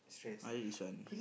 mine is an